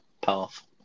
path